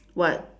what